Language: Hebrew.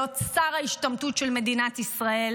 להיות שר ההשתמטות של מדינת ישראל.